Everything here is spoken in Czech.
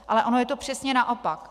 Ale ono je to přesně naopak.